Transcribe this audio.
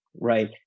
right